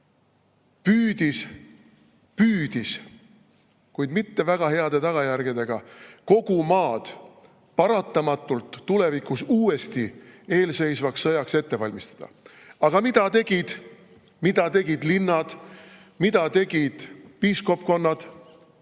suurmehi, püüdis, kuid mitte väga heade tagajärgedega, kogu maad paratamatult tulevikus uuesti eelseisvaks sõjaks ette valmistada. Aga mida tegid linnad, mida tegid piiskopkonnad?